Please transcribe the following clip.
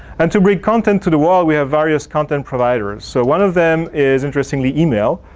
and to bring content to the wall, we have various content providers. so, one of them is interestingly email.